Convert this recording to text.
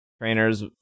trainers